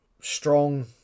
strong